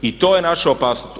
I to je naša opasnost.